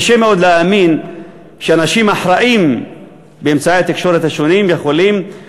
קשה מאוד להאמין שאנשים אחראים באמצעי התקשורת השונים יכולים